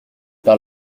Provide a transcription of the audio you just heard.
par